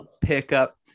pickup